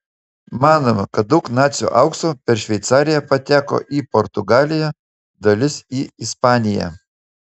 manoma kad daug nacių aukso per šveicariją pateko į portugaliją dalis į ispaniją